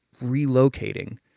relocating